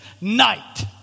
night